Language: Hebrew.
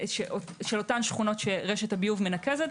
שכונות שרשת הביוב מנקזת.